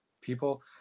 people